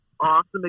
awesome